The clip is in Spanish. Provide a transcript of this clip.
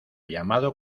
llamado